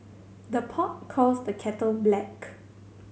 the pot calls the kettle black